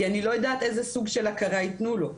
כי אני לא יודעת איזה סוג של הכרה יתנו לו.